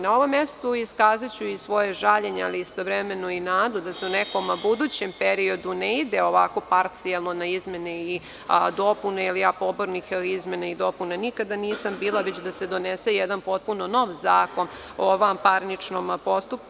Na ovom mestu iskazaću i svoje žaljene, ali istovremeno i nadu da se u nekom budućem periodu ne ide ovako parcijalno na izmene i dopune, jer ja pobornik izmene i dopune nikada nisam bila, već da se donese jedan potpuno nov Zakon o vanparničnom postupku.